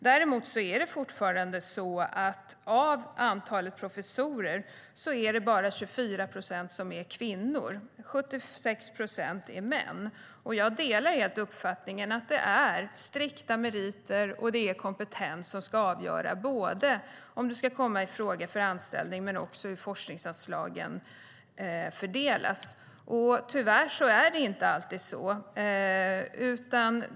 Däremot är fortfarande bara 24 procent av professorerna kvinnor, medan 76 procent är män. Jag delar helt uppfattningen att det är strikta meriter och kompetens som ska avgöra om man ska komma i fråga för anställning och hur forskningsanslagen ska fördelas. Tyvärr är det inte alltid så.